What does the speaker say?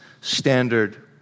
standard